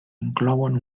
inclouen